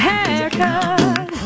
Haircut